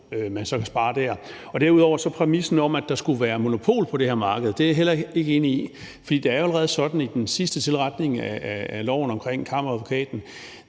man så kan spare der. Derudover vil jeg sige til det med præmissen om, at der skulle være monopol på det her marked, at det er jeg heller ikke enig i. For det er jo allerede sådan, at det i den sidste tilretning af loven omkring Kammeradvokaten